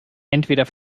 entweder